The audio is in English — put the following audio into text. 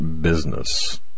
business